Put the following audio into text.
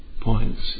points